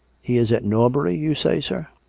he is at norbury, you say, sir?